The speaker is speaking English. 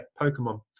Pokemon